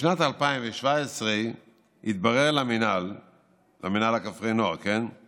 בשנת 2017 התברר למינהל כפרי הנוער כי